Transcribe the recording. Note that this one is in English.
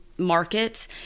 Markets